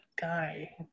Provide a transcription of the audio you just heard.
guy